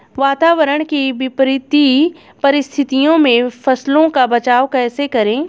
वातावरण की विपरीत परिस्थितियों में फसलों का बचाव कैसे करें?